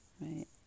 right